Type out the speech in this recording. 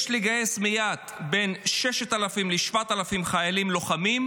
שיש לגייס מייד בין 6,000 ל-7,000 לוחמים.